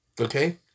Okay